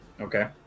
Okay